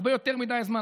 הרבה יותר מדי זמן,